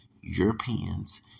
Europeans